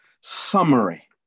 summary